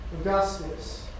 Augustus